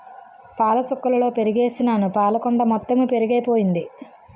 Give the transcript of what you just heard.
పాలసుక్కలలో పెరుగుసుకేసినాను పాలకుండ మొత్తెము పెరుగైపోయింది